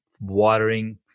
Watering